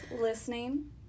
listening